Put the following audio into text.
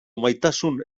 maitasun